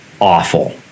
awful